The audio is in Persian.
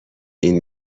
این